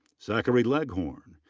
zachary leghorn.